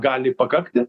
gali pakakti